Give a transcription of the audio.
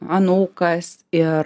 anūkas ir